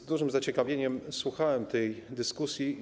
Z dużym zaciekawieniem słuchałem tej dyskusji.